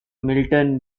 milton